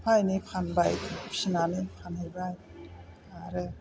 एफा एनै फानबाय फिनानै फानहैबाय आरो